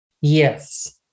Yes